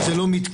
זה לא מתקיים.